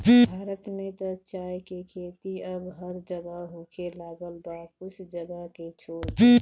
भारत में त चाय के खेती अब हर जगह होखे लागल बा कुछ जगह के छोड़ के